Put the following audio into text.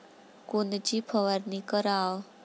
कोनची फवारणी कराव?